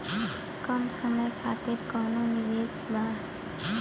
कम समय खातिर कौनो निवेश बा?